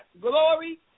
Glory